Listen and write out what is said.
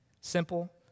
Simple